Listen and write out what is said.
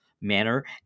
manner